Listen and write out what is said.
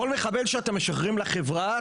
כל מחבל שאתם משחררים לחברה,